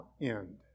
end